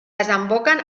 desemboquen